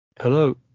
Hello